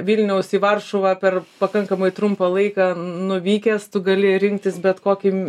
vilniaus į varšuvą per pakankamai trumpą laiką nuvykęs tu gali rinktis bet kokį